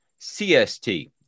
CST